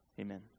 amen